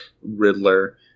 Riddler